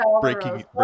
breaking